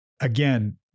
Again